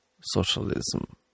socialism